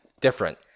different